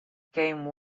game